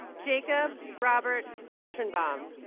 jacob robert cytrynbaum